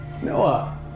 Noah